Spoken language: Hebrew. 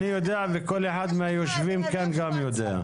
וכל אחד מהיושבים כאן גם יודע.